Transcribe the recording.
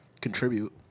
Contribute